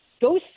Go